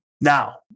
Now